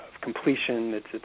completion—it's